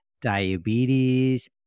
diabetes